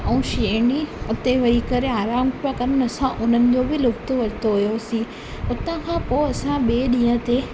ऐं शेरणी हुते वेही करे आराम पिया कनि असां उननि जो बि लुत्फु वरितो हुओसीं हुता खां पोइ असां ॿिए ॾींहं ते